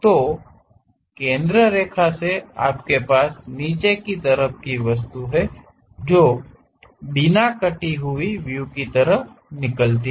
तो केंद्र रेखा से आपके पास नीचे की तरफ की वस्तु है जो बिना किसी कट व्यू के मटिरियल की तरह निकलती है